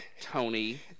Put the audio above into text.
tony